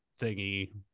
thingy